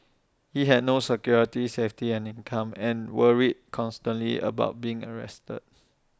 he had no security safety and income and worried constantly about being arrested